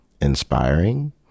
inspiring